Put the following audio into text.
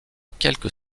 quelques